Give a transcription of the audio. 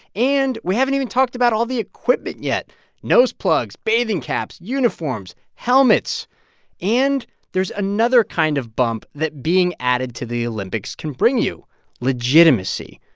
and we haven't even talked about all the equipment yet nose plugs, bathing caps, uniforms, helmets and there's another kind of bump that being added to the olympics can bring you legitimacy.